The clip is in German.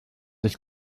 ich